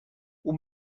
اون